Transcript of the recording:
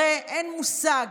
הרי אין מושג,